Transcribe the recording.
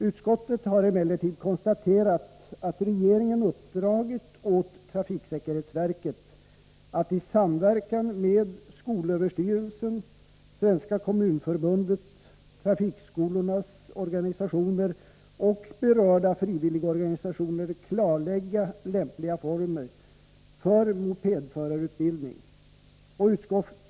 Utskottet konstaterar emellertid att regeringen har uppdragit åt trafiksäkerhetsverket att i samverkan med skolöverstyrelsen, Svenska kommunförbundet, trafikskolornas organisationer och berörda frivilligorganisationer klarlägga lämpliga former for mopedförarutbildning.